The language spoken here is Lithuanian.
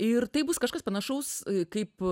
ir taip bus kažkas panašaus kaip